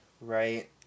Right